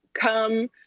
come –